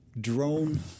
drone